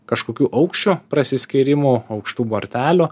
kažkokių aukščių prasiskyrimų aukštų bortelių